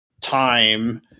time